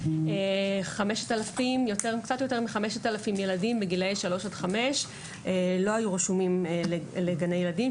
יש קצת יותר מ-5,000 ילדים בגילאי 3-5 שלא היו רשומים לגני ילדים,